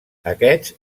aquests